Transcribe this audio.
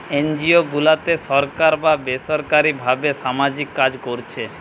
NGO গুলাতে সরকার বা বেসরকারী ভাবে সামাজিক কাজ কোরছে